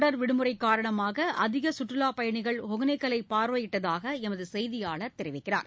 தொடர் விடுமுறை காரணமாக அதிக சுற்றுலாப் பயணிகள் ஒகேனக்கல்லை பார்வையிட்டதாக எமது செய்தியாளர் தெரிவிக்கிறார்